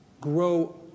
grow